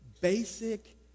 basic